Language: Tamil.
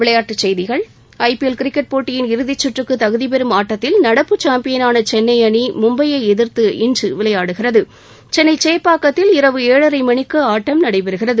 விளையாட்டுச் செய்திகள் ஐ பி எல் கிரிக்கெட் போட்டியின் இறுதிச்சுற்றுக்கு தகுதிபெறும் ஆட்டத்தில் நடப்பு சாம்பியனான சென்னை அணி மும்பையை எதிர்த்து இன்று விளையாடுகிறது சென்னை சேப்பாக்கத்தில் இரவு ஏழரை மணிக்கு ஆட்டம் நடைபெறுகிறது